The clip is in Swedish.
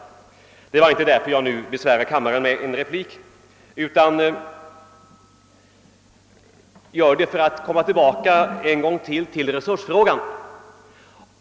Det är emellertid inte för den saken som jag nu besvärar kammaren med en replik, utan det gör jag för att återkomma till resursfrågan.